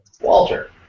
Walter